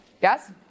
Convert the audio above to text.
Yes